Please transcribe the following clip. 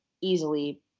easily